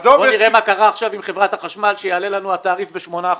בוא נראה מה קרה עכשיו עם חברת החשמל שיעלה לנו התעריף ב-8 אחוזים.